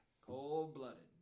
Cold-blooded